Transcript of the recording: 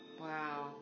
Wow